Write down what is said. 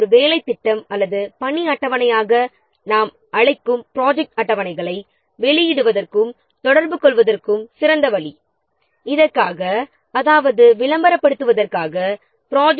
ஒரு வேலைத் திட்டம் அல்லது பணி அட்டவணை என நாம் அழைக்கும் ப்ராஜெக்ட் அட்டவணைகளை வெளியிடுவதற்கும் தொடர்புகொள்வதற்கும் ஒரு சிறந்த வழியைப் பார்ப்போம்